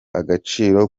agaciro